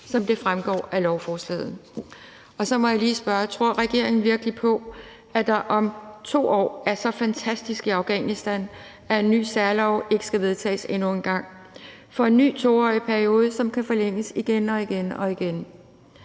som det fremgår af lovforslaget. Så må jeg lige spørge om noget: Tror regeringen virkelig på, at der om 2 år er så fantastisk i Afghanistan, at en ny særlov ikke skal vedtages endnu en gang for en ny 2-årig periode, som kan forlænges igen og igen?